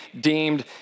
deemed